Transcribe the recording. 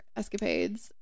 escapades